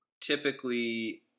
typically